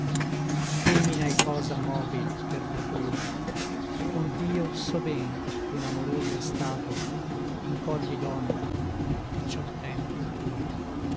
femina è cosa mobil per natura ond'io so ben ch'un amoroso stato in cor di donna picciol tempo dura